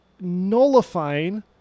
nullifying